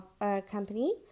company